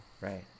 Right